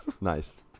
Nice